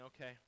okay